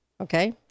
Okay